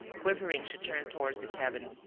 quivering she turned towards the cabin,